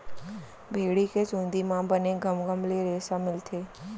भेड़ी के चूंदी म बने घमघम ले रेसा मिलथे